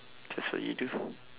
that's what you do